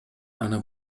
аны